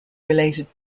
related